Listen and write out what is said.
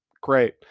great